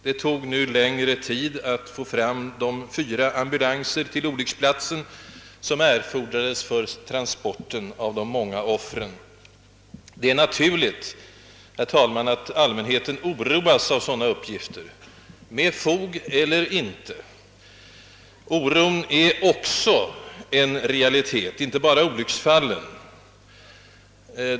Det tog därför längre tid att få fram de fyra ambulanser till olycksplatsen, som erfordrades för transporten av de många offren. Det är naturligt, herr talman, att allmänheten, det må vara med: fog eller inte, oroas av sådana pressuppgifter. Oron är också en realitet, inte bara olycksfallen.